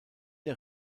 der